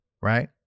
right